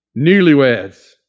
Newlyweds